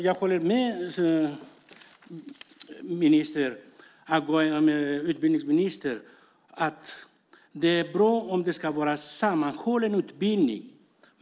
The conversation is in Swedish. Jag håller med utbildningsministern om att det är bra med en sammanhållen utbildning.